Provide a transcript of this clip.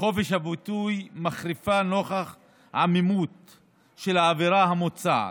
בחופש הביטוי מחריפה נוכח עמימותה של העבירה המוצעת.